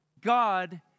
God